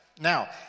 Now